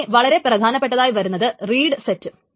പിന്നെ വളരെ പ്രധാനപ്പെട്ടതായി വരുന്നത് റീഡ് സെറ്റ്